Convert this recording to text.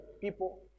people